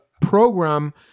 program